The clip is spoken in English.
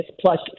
plus